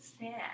sad